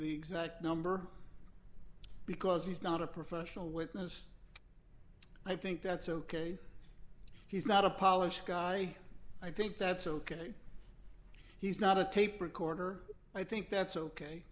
the exact number because he's not a professional witness i think that's ok he's not a polish guy i think that's ok he's not a tape recorder i think that's ok